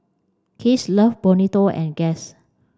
Kiehl's Love Bonito and Guess